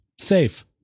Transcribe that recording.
safe